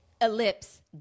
ellipse